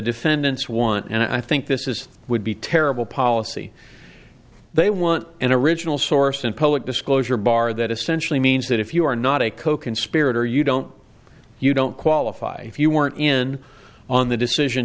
defendants want and i think this is would be terrible policy they want an original source in public disclosure bar that essentially means that if you are not a coconspirator you don't you don't qualify if you weren't in on the decision